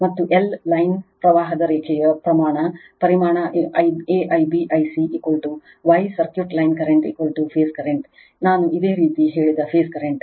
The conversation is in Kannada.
ಮತ್ತು L ಲೈನ್ ಪ್ರವಾಹದ ರೇಖೆಯ ಪ್ರಮಾಣ ಪರಿಮಾಣ I a I b I c Y circuit line current phase current ನಾನು ಇದೇ ರೀತಿ ಹೇಳಿದ ಫೇಸ್ ಕರೆಂಟ್